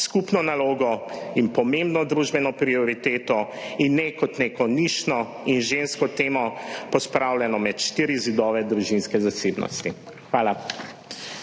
skupno nalogo in pomembno družbeno prioriteto, ne kot neko nišno in žensko temo, pospravljeno med štiri zidove družinske zasebnosti. Hvala.